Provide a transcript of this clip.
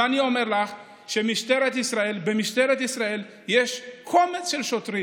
אני אומר לך שבמשטרת ישראל יש קומץ של שוטרים,